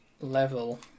level